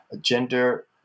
gender